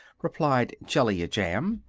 replied jellia jamb.